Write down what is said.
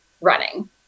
running